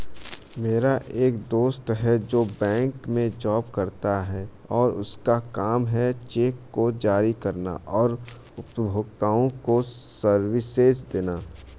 मेरा एक दोस्त है जो बैंक में जॉब करता है और उसका काम है चेक को जारी करना और उपभोक्ताओं को सर्विसेज देना